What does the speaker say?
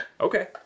Okay